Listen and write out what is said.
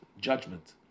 judgment